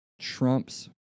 Trump's